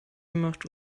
macht